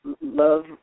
Love